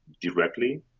directly